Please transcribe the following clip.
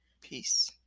peace